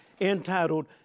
entitled